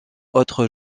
autre